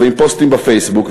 ועם פוסטים בפייסבוק,